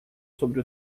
sobre